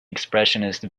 expressionist